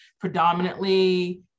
predominantly